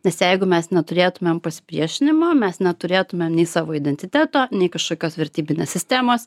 nes jeigu mes neturėtumėm pasipriešinimo mes neturėtumėm nei savo identiteto nei kažkokios vertybinės sistemos